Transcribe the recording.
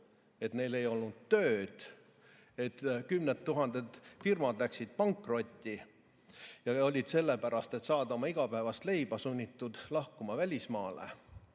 et neil ei olnud tööd, kümned tuhanded firmad läksid pankrotti, ja need inimesed olid sellepärast, et saada oma igapäevast leiba, sunnitud lahkuma välismaale.